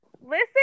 listen